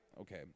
okay